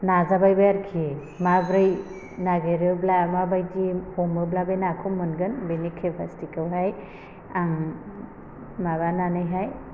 नाजाबायबो आरखि माब्रै नागिरोब्ला माबायदि हमोब्ला बे नाखौ मोनगोन बेनि केपासिटिखौहाय आं माबानानैहाय